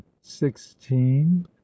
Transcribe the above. sixteen